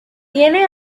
tiene